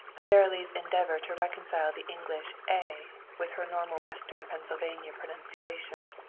sara lee's endeavor to reconcile the english a with her normal western pennsylvania pronunciation.